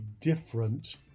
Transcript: different